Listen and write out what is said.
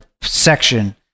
section